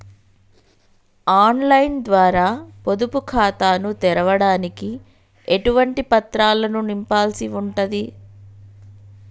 On line ద్వారా పొదుపు ఖాతాను తెరవడానికి ఎటువంటి పత్రాలను నింపాల్సి ఉంటది?